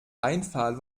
einfall